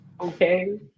okay